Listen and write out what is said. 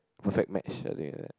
perfect match I think like that